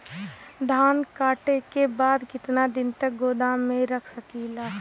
धान कांटेके बाद कितना दिन तक गोदाम में रख सकीला?